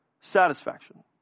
Satisfaction